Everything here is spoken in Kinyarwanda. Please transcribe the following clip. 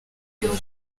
yuko